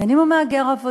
בין אם הוא מהגר עבודה,